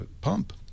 pump